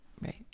Right